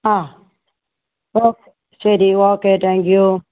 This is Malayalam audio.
ആ ഓക്കെ ശരി ഓക്കെ താങ്ക് യു